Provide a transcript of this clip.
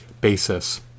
basis